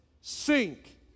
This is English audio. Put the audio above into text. sink